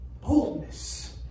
boldness